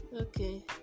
Okay